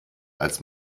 als